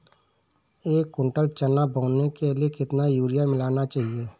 एक कुंटल चना बोने के लिए कितना यूरिया मिलाना चाहिये?